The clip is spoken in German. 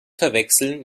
verwechseln